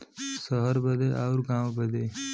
सहर बदे अउर गाँव बदे